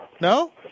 No